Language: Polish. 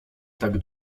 tak